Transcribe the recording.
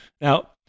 Now